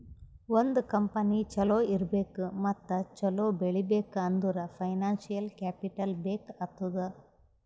ಒಂದ್ ಕಂಪನಿ ಛಲೋ ಇರ್ಬೇಕ್ ಮತ್ತ ಛಲೋ ಬೆಳೀಬೇಕ್ ಅಂದುರ್ ಫೈನಾನ್ಸಿಯಲ್ ಕ್ಯಾಪಿಟಲ್ ಬೇಕ್ ಆತ್ತುದ್